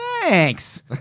thanks